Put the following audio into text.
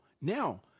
now